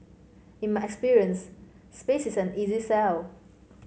in my experience space is an easy sell